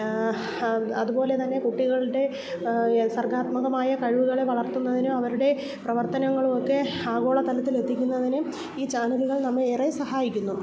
അതുപോലെ തന്നെ കുട്ടികളുടെ സർഗ്ഗാത്മകമായ കഴിവുകളെ വളർത്തുന്നതിനു അവരുടെ പ്രവർത്തനങ്ങളുമൊക്കെ ആഗോളതലത്തിലെത്തിക്കുന്നതിനും ഈ ചാനലുകൾ നമ്മെ ഏറെ സഹായിക്കുന്നു